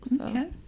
Okay